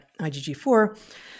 IgG4